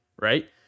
right